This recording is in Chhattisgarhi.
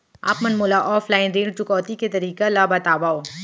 आप मन मोला ऑफलाइन ऋण चुकौती के तरीका ल बतावव?